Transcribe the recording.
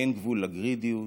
אין גבול לגרידיות,